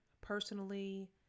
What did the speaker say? personally